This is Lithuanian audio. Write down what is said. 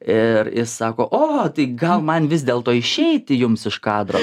ir ir sako o tai gal man vis dėlto išeiti jums iš kadro